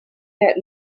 that